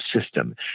system